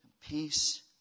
peace